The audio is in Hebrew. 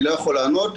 אני לא יכול לענות.